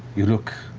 you look